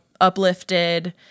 Uplifted